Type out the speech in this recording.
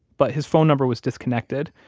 but his phone number was disconnected,